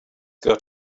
got